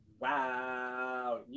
Wow